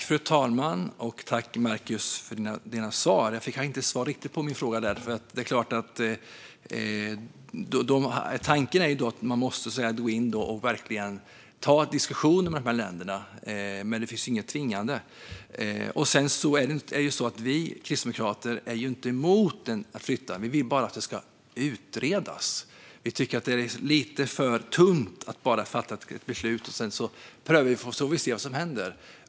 Fru talman! Tack för dina svar, Markus! Jag fick kanske inte riktigt svar på min fråga. Tanken är förstås att man måste gå in och verkligen ta en diskussion med de här länderna, men det finns ju ingenting tvingande. Vi kristdemokrater är inte emot att flytta gränsen. Vi vill bara att det ska utredas. Vi tycker att det är lite för tunt att bara fatta ett beslut och sedan pröva och se vad som händer.